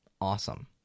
awesome